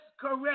correct